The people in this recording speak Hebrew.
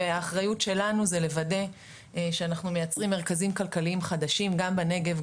והאחריות שלנו זה לוודא שאנחנו מייצרים מרכזים כלכליים חדשים גם בנגב,